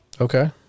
okay